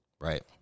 Right